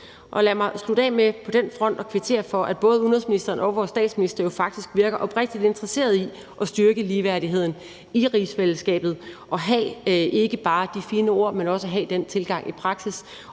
Lad mig slutte af med på den front at kvittere for, at både udenrigsministeren og vores statsminister jo faktisk virker oprigtig interesseret i at styrke ligeværdigheden i rigsfællesskabet og have ikke bare de fine ord, men også have den tilgang i praksis,